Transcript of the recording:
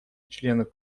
членов